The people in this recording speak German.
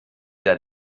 der